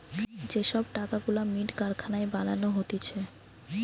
যে সব টাকা গুলা মিন্ট কারখানায় বানানো হতিছে